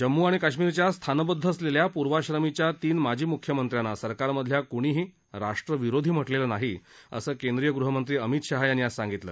जम्मू आणि काश्मिरच्या स्थानबद्ध असलेल्या पूर्वाश्रमीच्या तीन माजी मुख्यमंत्र्यांना सरकारमधल्या कुणीही राष्ट्रविरोधी म्हटलेलं नाही असं केंद्रीय गृहमंत्री अमित शहा यांनी आज सांगितलं